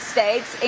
States